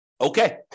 Okay